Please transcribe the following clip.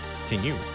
continue